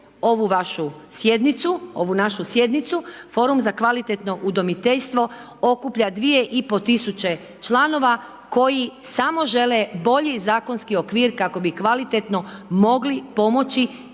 ovu našu sjednicu, Forum za kvalitetno udomiteljstvo okuplja 2.500 članova koji samo žele bolji zakonski okvir kako bi kvalitetno mogli pomoći